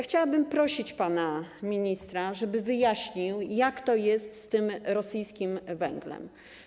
Chciałabym prosić pana ministra, żeby wyjaśnił, jak to jest z tym rosyjskim węglem.